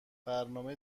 برنامه